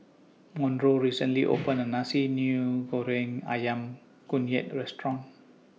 Monroe recently opened A New Nasi Goreng Ayam Kunyit Restaurant